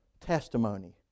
testimony